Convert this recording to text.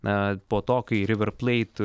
na po to kai riverpleit